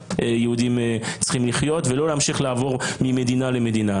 שכאן יהודים צריכים לחיות ולא להמשיך לעבור ממדינה למדינה,